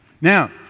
Now